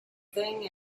thing